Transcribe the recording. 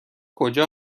کجا